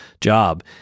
job